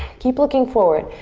keep looking forward.